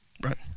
right